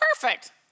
Perfect